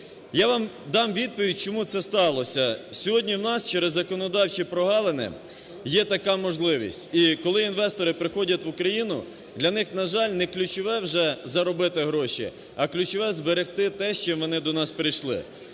Я вам дам відповідь, чому це сталося. Сьогодні у нас через законодавчі прогалини є така можливість. І, коли інвестори приходять в Україну, для них, на жаль, не ключове вже заробити гроші, а ключове зберегти те, з чим вони до нас прийшли.